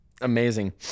Amazing